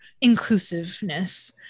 inclusiveness